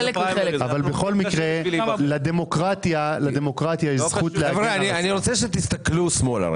אבל בכל מקרה, לדמוקרטיה יש זכות להגן על עצמה.